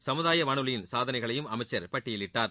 சமுதாய வானொலியின் சாதனைகளையும் அமைச்சர் பட்டியலிட்டார்